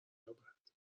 درمیابد